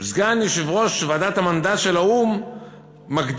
סגן יושב-ראש ועדת המנדט של האו"ם מגדיר,